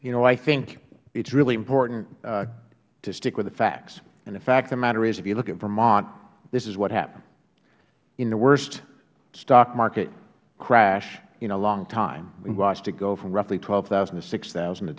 you know i think it is really important to stick with the facts and the fact of the matter is if you look at vermont this is what happened in the worst stock market crash in a long time we watched it go from roughly twelve thousand to six